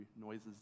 noises